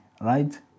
right